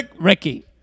Ricky